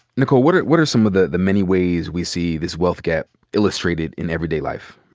nikole, what are what are some of the the many ways we see this wealth gap illustrated in everyday life?